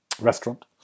restaurant